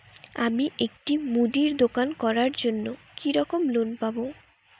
আমি একটি মুদির দোকান করার জন্য কি রকম লোন পাব?